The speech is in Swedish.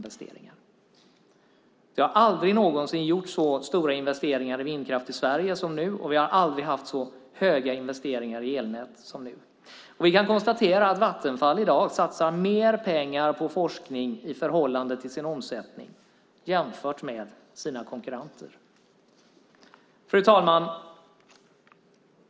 Det har aldrig någonsin gjorts så stora investeringar i vindkraft i Sverige som nu och vi har aldrig haft så stora investeringar i elnätet som nu. Vi kan konstatera att Vattenfall i dag satsar mer pengar på forskning i förhållande till sin omsättning än sina konkurrenter. Fru talman!